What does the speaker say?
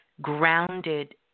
grounded